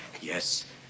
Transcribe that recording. Yes